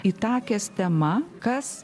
itakės tema kas